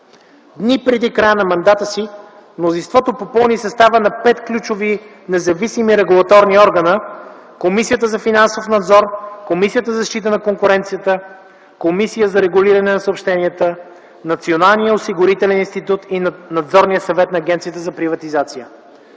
Дни преди края на мандата си мнозинството попълни състава на пет ключови независими регулаторни органа – Комисията за финансов надзор, Комисията за защита на конкуренцията, Комисията за регулиране на съобщенията, Националния осигурителен институт и Надзорния съвет на Агенцията за приватизация.